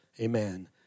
Amen